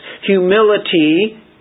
humility